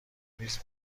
نیز